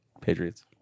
Patriots